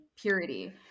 purity